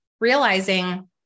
realizing